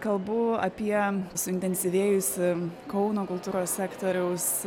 kalbu apie suintensyvėjusį kauno kultūros sektoriaus